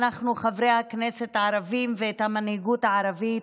חברי הכנסת הערבים והמנהיגות הערבית: